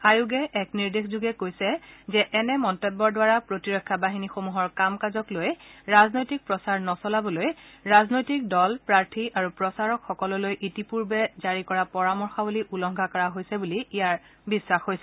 আয়োগে এক নিৰ্দেশযোগে কৈছে যে এনে মন্তব্যৰ দ্বাৰা প্ৰতিৰক্ষা বাহিনীসমূহৰ কাম কাজক লৈ ৰাজনৈতিক প্ৰচাৰ নচলাবলৈ ৰাজনৈতিক দল প্ৰাৰ্থী আৰু প্ৰচাৰকসকললৈ ইতিপূৰ্বে জাৰি কৰা পৰামৰ্শাৱলী উলংঘা কৰা হৈছে বুলি ইয়াৰ বিশ্বাস হৈছে